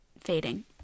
fading